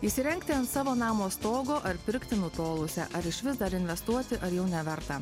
įsirengti ant savo namo stogo ar pirkti nutolusią ar išvis dar investuoti ar jau neverta